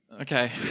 okay